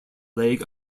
leg